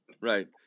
Right